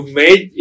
made